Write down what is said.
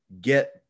get